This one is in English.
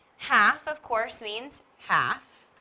half, of course, means half.